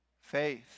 faith